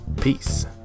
peace